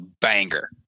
banger